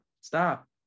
Stop